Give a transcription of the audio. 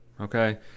okay